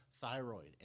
thyroid